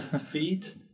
feet